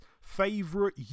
Favorite